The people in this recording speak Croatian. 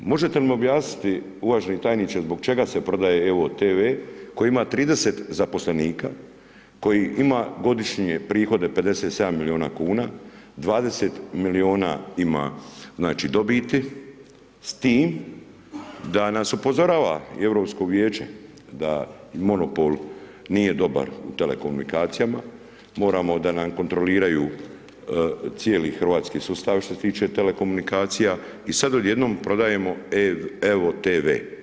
Možete li mi objasniti, uvaženi tajniče, zbog čega se prodaje evo-tv koji ima 30 zaposlenika, koji ima godišnje prihode 57 milijuna kuna, 20 milijuna ima, znači, dobiti s tim da nas upozorava Europsko vijeće da monopol nije dobar u telekomunikacijama, moramo da nam kontroliraju cijeli hrvatski sustav što se tiče telekomunikacija i sad odjednom prodajemo evo-tv.